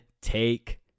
take